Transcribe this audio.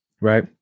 right